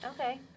Okay